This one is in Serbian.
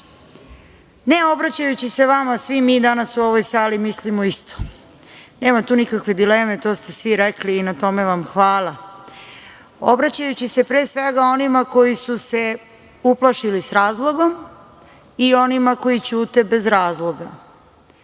ne obraćajući se vama. Svi mi danas u ovoj sali mislimo isto. Nema tu nikakve dileme. To ste svi rekli i na tome vam hvala, obraćajući se pre svega onima koji su se uplašili sa razlogom i onima koji ćute bez razloga.